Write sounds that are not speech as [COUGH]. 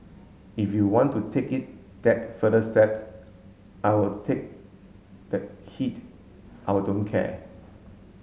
if you want to take it that further steps I will take the heat I [UNINTELLIGIBLE] don't care